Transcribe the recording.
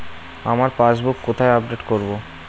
আমার পাসবুক কোথায় আপডেট করব?